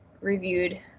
reviewed